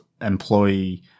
employee